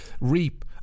Reap